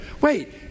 Wait